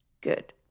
Good